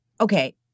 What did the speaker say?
okay